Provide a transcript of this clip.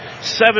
Seven